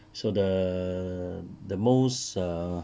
so the the most err